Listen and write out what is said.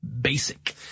Basic